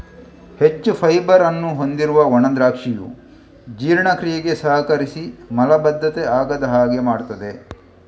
ಹೆಚ್ಚು ಫೈಬರ್ ಅನ್ನು ಹೊಂದಿರುವ ಒಣ ದ್ರಾಕ್ಷಿಯು ಜೀರ್ಣಕ್ರಿಯೆಗೆ ಸಹಕರಿಸಿ ಮಲಬದ್ಧತೆ ಆಗದ ಹಾಗೆ ಮಾಡ್ತದೆ